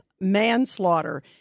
manslaughter